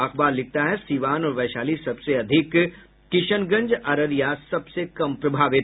अखबार लिखता है सीवान और वैशाली सबसे अधिक किशनगंज अररिया सबसे कम प्रभावित